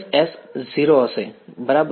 vs 0 હશે બરાબર